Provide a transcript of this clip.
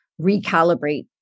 recalibrate